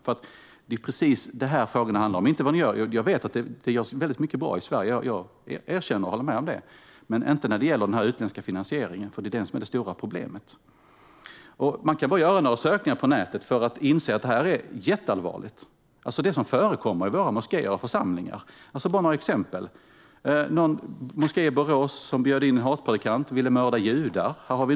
Det är precis detta som dessa frågor handlar om. Jag vet att det görs väldigt mycket bra i Sverige - jag erkänner och håller med om det - men inte när det gäller denna utländska finansiering. Det är den som är det stora problemet. Man behöver bara göra några sökningar på nätet för att inse att det som förekommer i våra moskéer och församlingar är jätteallvarligt. Jag ska bara ta några exempel. En moské i Borås bjöd in en hatpredikant som vill mörda judar.